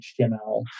HTML